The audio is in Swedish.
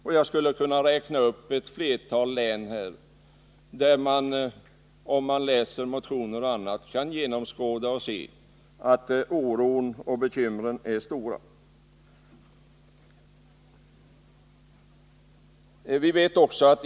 Och jag skulle kunna räkna upp ett flertal län där man, om man läser motionerna, kan konstatera att oron och bekymren är stora.